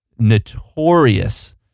notorious